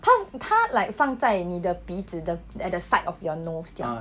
他他 like 放在你的鼻子的 at the side of your nose 这样